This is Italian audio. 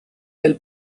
del